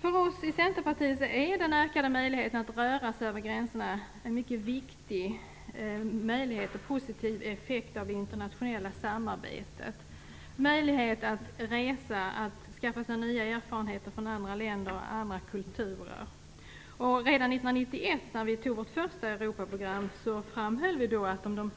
För oss i Centerpartiet är den ökade möjligheten att röra sig över gränserna en mycket viktig möjlighet och en positiv effekt av det internationella samarbetet. Man får en möjlighet att resa och att skaffa sig nya erfarenheter från andra länder och kulturer. Redan 1991, då vi antog vårt första Europaprogram, framhöll vi att "om de